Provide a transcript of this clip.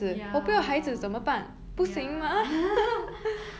ya ya